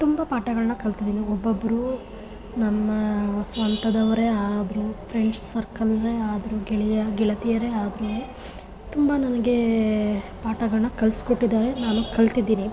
ತುಂಬ ಪಾಠಗಳ್ನ ಕಲ್ತಿದೀನಿ ಒಬ್ಬೊಬ್ರು ನಮ್ಮ ಸ್ವಂತದವರೇ ಆದರೂ ಫ್ರೆಂಡ್ಸ್ ಸರ್ಕಲ್ಲೇ ಆದರೂ ಗೆಳೆಯ ಗೆಳತಿಯರೇ ಆದರೂ ತುಂಬ ನನಗೆ ಪಾಠಗಳ್ನ ಕಲಿಸ್ಕೊಟ್ಟಿದಾರೆ ನಾನು ಕಲ್ತಿದ್ದೀನಿ